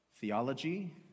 Theology